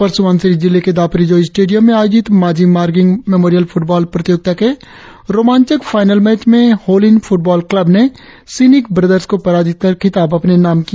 अपर सुबनसिरी जिले के दापोरिजों स्टेडियम में आयोजित माजी मार्गिंग मेमोरियल फुटबॉल प्रतियोगिता के रोमांचक फाईनल मैच में होलिन फुटबॉल क्लब ने सिन्यिक ब्रदर्स को पराजित कर खिताब अपने नाम किया